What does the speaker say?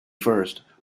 first